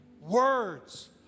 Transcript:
words